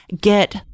get